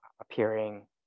appearing